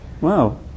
Wow